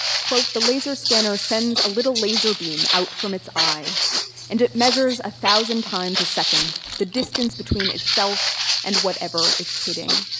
quote, the laser scanner sends a little laser beam out from its eye and it measures one thousand times a second the distance between itself and whatever it's hitting.